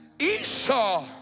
Esau